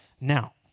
Now